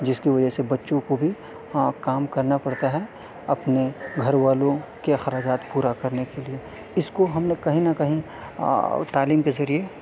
جس کی وجہ سے بچوں کو بھی وہاں کام کرنا پڑتا ہے اپنے گھر والوں کے اخراجات پورا کرنے کے لیے اس کو ہم لوگ کہیں نہ کہیں تعلیم کے ذریعے